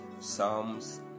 Psalms